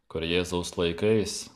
kur jėzaus laikais